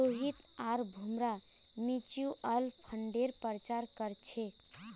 रोहित आर भूमरा म्यूच्यूअल फंडेर प्रचार कर छेक